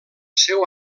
seu